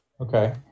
okay